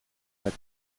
bati